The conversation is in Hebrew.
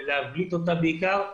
להבליט אותה בעיקר,